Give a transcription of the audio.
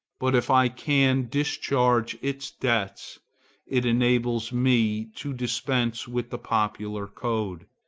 but if i can discharge its debts it enables me to dispense with the popular code.